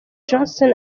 johnson